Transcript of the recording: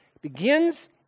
Begins